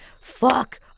Fuck